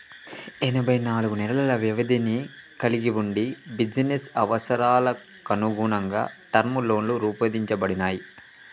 ఎనబై నాలుగు నెలల వ్యవధిని కలిగి వుండి బిజినెస్ అవసరాలకనుగుణంగా టర్మ్ లోన్లు రూపొందించబడినయ్